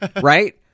right